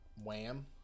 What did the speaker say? Wham